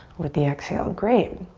with the exhale. great.